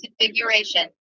configuration